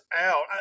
out